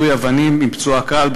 יידוי אבנים עם פצועה קל,